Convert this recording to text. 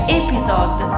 episode